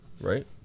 right